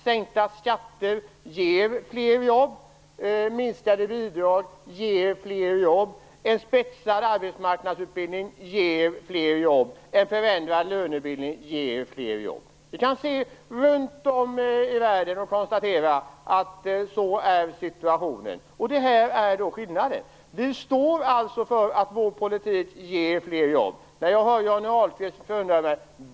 Sänkta skatter ger fler jobb, minskade bidrag ger fler jobb, en spetsad arbetsmarknadsutbildning ger fler jobb, en förändrad lönebildning ger fler jobb. Vi kan se oss om runt om i världen och konstatera att sådan är situationen. Det är skillnaden. Vi står alltså för att vår politik ger fler jobb. När jag hör Johnny Ahlqvist förundrar jag mig.